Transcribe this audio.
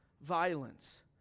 violence